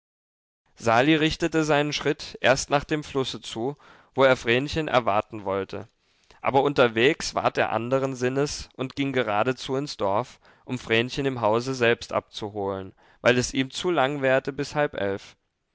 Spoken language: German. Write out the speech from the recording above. sali richtete seinen schritt erst nach dem flusse zu wo er vrenchen erwarten wollte aber unterwegs ward er anderen sinnes und ging geradezu ins dorf um vrenchen im hause selbst abzuholen weil es ihm zu lang währte bis halb elf